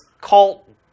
cult